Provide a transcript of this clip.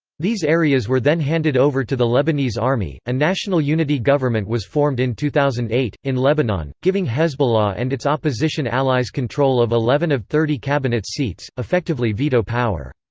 these areas were then handed over to the lebanese army a national unity government was formed in two thousand and eight, in lebanon, giving hezbollah and its opposition allies control of eleven of thirty cabinets seats effectively veto power.